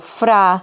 fra